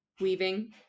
Weaving